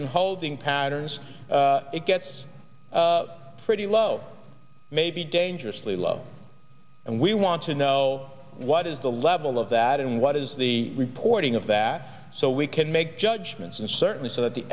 in holding patterns it gets pretty low maybe dangerously low and we want to know what is the level of that and what is the reporting of that so we can make judgments and certainly so that the